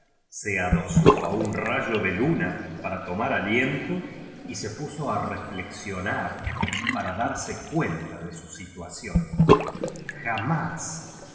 se adosó a un rayo de luna para tomar aliento y se puso a reflexionar para darse cuenta de sa situación jamás